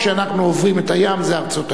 כשאנחנו עוברים את הים זה ארצות הים.